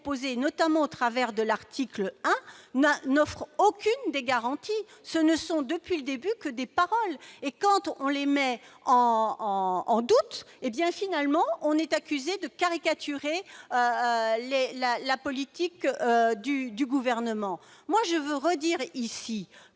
notamment au travers de l'article 1 A, n'offre aucune garantie. Ce ne sont, depuis le début, que des paroles. Quand on les met en doute, on est accusé de caricaturer la politique du Gouvernement. Je veux le redire ici